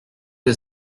que